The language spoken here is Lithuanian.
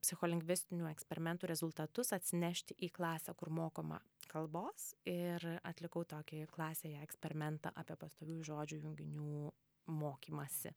psicholingvistinių eksperimentų rezultatus atsinešti į klasę kur mokoma kalbos ir atlikau tokį klasėje eksperimentą apie pastoviųjų žodžių junginių mokymąsi